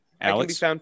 Alex